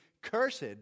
cursed